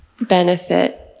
benefit